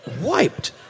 wiped